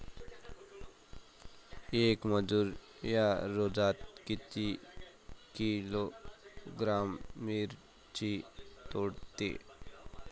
येक मजूर या रोजात किती किलोग्रॅम मिरची तोडते?